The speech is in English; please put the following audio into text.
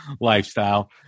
lifestyle